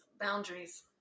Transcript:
Boundaries